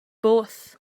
boeth